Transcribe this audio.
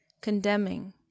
Condemning